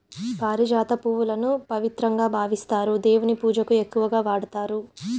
పారిజాత పువ్వులను పవిత్రంగా భావిస్తారు, దేవుని పూజకు ఎక్కువగా వాడతారు